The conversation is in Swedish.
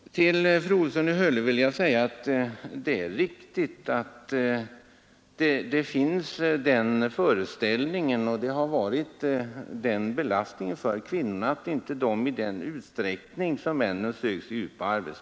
Till fru Olsson i Hölö vill jag säga att det är riktigt att det har funnits den föreställningen att mannen ensam skulle vara familjeförsörjare, och detta har varit en belastning för kvinnorna så att de inte i samma utsträckning som männen sökt sig ut.